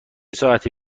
ساعتی